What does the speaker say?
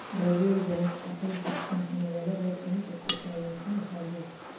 ద్రవ్యోల్బణం కట్టలు తెంచుకుంటున్న వేళ రేట్లను తక్కువ స్థాయిలో ఉంచడం అసాధ్యం